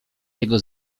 jego